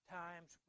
times